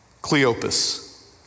Cleopas